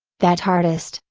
that artist,